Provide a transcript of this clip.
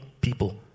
people